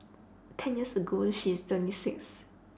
ten years ago she's twenty six